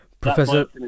Professor